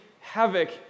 havoc